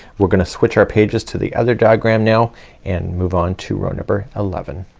we're gonna switch our pages to the other diagram now and move on to row number eleven.